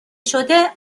شده